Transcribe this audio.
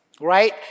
right